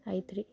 ಆಯ್ತು ರಿ